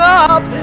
up